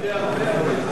האחרונות,